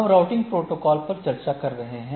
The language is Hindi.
हम राउटिंग प्रोटोकॉल पर चर्चा कर रहे हैं